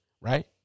right